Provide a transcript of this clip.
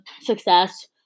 success